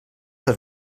dels